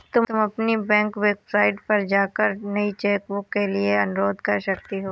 तुम अपनी बैंक की वेबसाइट पर जाकर नई चेकबुक के लिए अनुरोध कर सकती हो